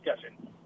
discussion